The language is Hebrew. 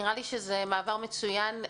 נראה לי שזה מעבר מצוין.